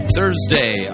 Thursday